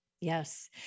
Yes